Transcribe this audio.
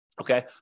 okay